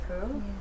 cool